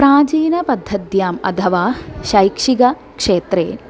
प्राचीनपद्धत्याम् अथवा शैक्षिकक्षेत्रे